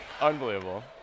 Unbelievable